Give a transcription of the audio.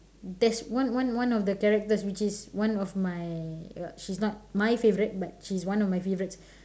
there's one one one one of the characters which is one of my err she is not my favorite but she is one of my favorites